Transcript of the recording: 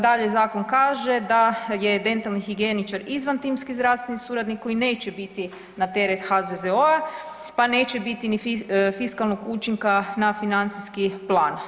Dakle, zakon kaže da je dentalni higijeničar izvantimski zdravstveni suradnik koji neće biti na teret HZZO-a pa neće biti ni fiskalnog učinka na financijski plan.